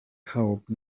hope